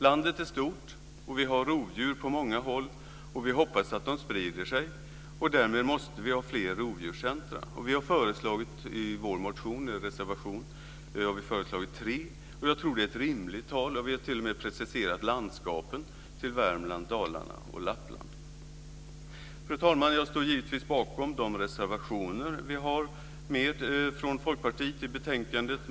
Landet är stort, och vi har rovdjur på många håll. Vi hoppas att de sprider sig. Därmed måste vi har fler rovdjurscentrum. Vi har i vår reservation föreslagit tre centrum. Jag tror att det är ett rimligt tal. Vi har t.o.m. preciserat landskapen till Värmland, Dalarna och Fru talman! Jag står givetvis bakom de reservationer vi från Folkpartiet har med i betänkandet.